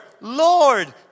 Lord